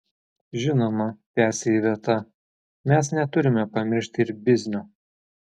žinoma tęsia iveta mes neturime pamiršti ir biznio